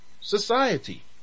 society